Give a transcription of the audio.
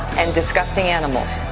and disgusting animals.